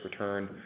return